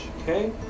okay